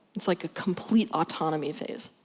it's like a complete autonomy phase.